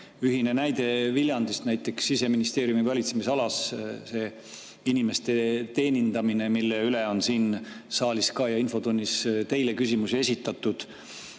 tuua näide Viljandist näiteks. Siseministeeriumi valitsemisalas see inimeste teenindamine, mille kohta on siin saalis ja infotunnis ka teile küsimusi esitatud.